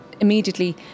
immediately